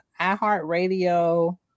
iHeartRadio